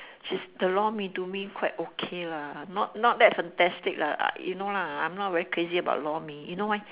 she's the lor-mee to me quite okay lah not not that fantastic lah you know lah I'm not very crazy about lor-mee you know why